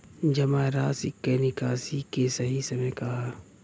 जमा राशि क निकासी के सही समय का ह?